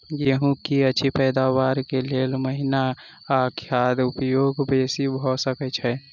गेंहूँ की अछि पैदावार केँ लेल केँ महीना आ केँ खाद उपयोगी बेसी भऽ सकैत अछि?